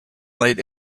late